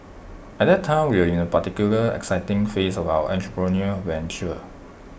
at that time we were in A particularly exciting phase of our entrepreneurial venture